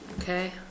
Okay